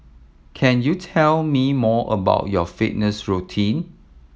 can you tell me more about your fitness routine